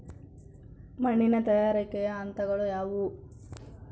ಮಣ್ಣಿನ ತಯಾರಿಕೆಯ ಹಂತಗಳು ಯಾವುವು?